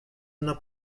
una